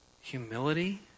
humility